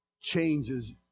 changes